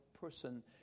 person